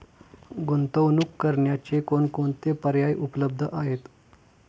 गुंतवणूक करण्याचे कोणकोणते पर्याय उपलब्ध आहेत?